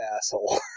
asshole